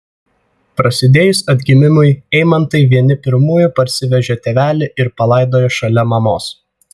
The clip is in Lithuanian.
prasidėjus atgimimui eimantai vieni pirmųjų parsivežė tėvelį ir palaidojo šalia mamos